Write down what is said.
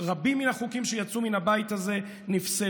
רבים מן החוקים שיצאו מן הבית הזה נפסלו